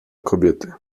kobiety